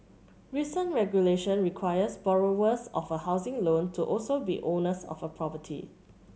recent regulation requires borrowers of a housing loan to also be owners of a property